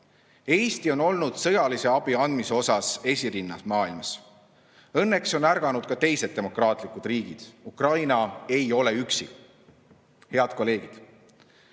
Eesti on olnud sõjalise abi andmise osas esirinnas maailmas. Õnneks on ärganud ka teised demokraatlikud riigid. Ukraina ei ole üksi. Head kolleegid!